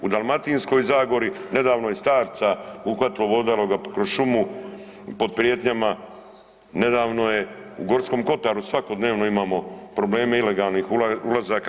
U Dalmatinskoj zagori nedavno je starca uhvatilo vodalo ga kroz šumu pod prijetnjama, nedavno je u Gorskom kotaru svakodnevno imamo probleme ilegalnih ulazaka.